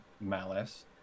malice